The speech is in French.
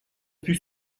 put